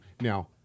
now